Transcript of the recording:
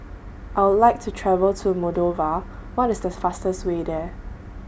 I Would like to travel to Moldova What IS The fastest Way There